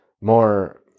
more